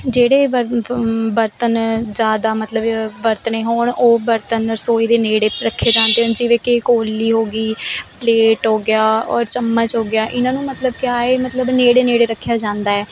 ਜਿਹੜੇ ਬਰ ਬਰਤਨ ਜ਼ਿਆਦਾ ਮਤਲਬ ਵਰਤਨੇ ਹੋਣ ਉਹ ਬਰਤਨ ਰਸੋਈ ਦੇ ਨੇੜੇ ਰੱਖੇ ਜਾਂਦੇ ਹਨ ਜਿਵੇਂ ਕਿ ਕੌਲੀ ਹੋ ਗਈ ਪਲੇਟ ਹੋ ਗਿਆ ਔਰ ਚਮਚ ਹੋ ਗਿਆ ਇਹਨਾਂ ਨੂੰ ਮਤਲਬ ਕਿਆ ਏ ਮਤਲਬ ਨੇੜੇ ਨੇੜੇ ਰੱਖਿਆ ਜਾਂਦਾ ਹੈ